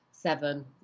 seven